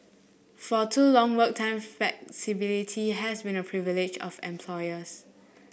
for too long work time flexibility has been a privilege of employers